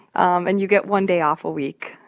and you get one day off a week,